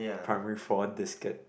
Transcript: primary four diskette